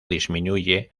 disminuye